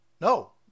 No